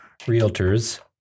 realtors